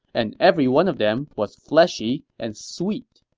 and every one of them was fleshy and sweet.